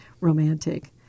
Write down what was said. romantic